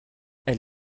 elle